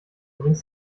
bringst